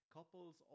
Couples